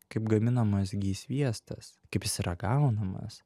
kaip gaminamas ghy sviestas kaip jis yra gaunamas